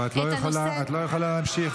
אבל את לא יכולה להמשיך.